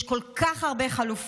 יש כל כך הרבה חלופות.